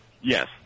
Yes